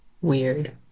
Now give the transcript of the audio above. Weird